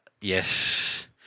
yes